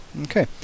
Okay